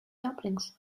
dumplings